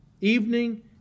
evening